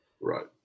Right